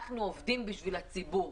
אנחנו עובדים בשביל הציבור.